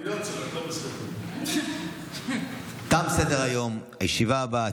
תוצאות ההצבעה: שישה בעד,